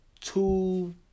two